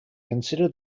consider